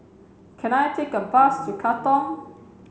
can I take a bus to Katong